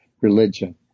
religion